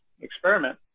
experiment